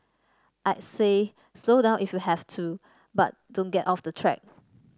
I'd say slow down if you have to but don't get off the track